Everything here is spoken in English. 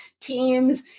teams